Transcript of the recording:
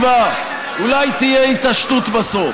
אבל שם עוד יש תקווה, אולי תהיה התעשתות בסוף.